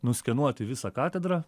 nuskenuoti visą katedrą